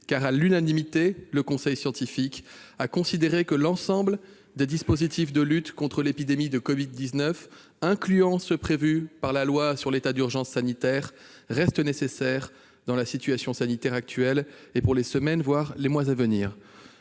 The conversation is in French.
à l'unanimité, le conseil scientifique a considéré que l'ensemble des dispositifs de lutte contre l'épidémie de Covid-19 incluant ceux qui ont été prévus par la loi sur l'état d'urgence sanitaire restent nécessaires dans la situation sanitaire actuelle et pour les semaines, voire les mois à venir.